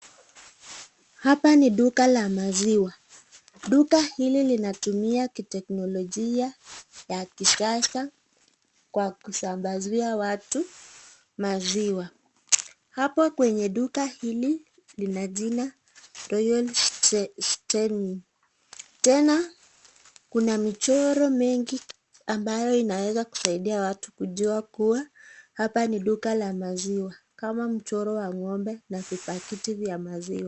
Hapa ni duka la maziwa. Duka hili linatumia kiteknolojia ya kisasa kwa kusambazia watu maziwa. Hapo kwenye duka hili lina jina Royal Stainy . Tena kuna michoro mingi ambayo inaweza kusaidia watu kujua kuwa hapa ni duka la maziwa, kama mchoro wa ng'ombe na vipakiti vya maziwa.